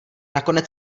nakonec